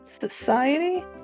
Society